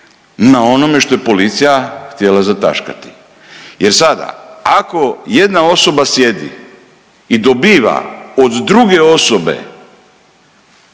na onome što je policija htjela zataškati. Jer sada ako jedna osoba sjedi i dobiva od druge osobe